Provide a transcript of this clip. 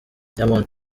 diamond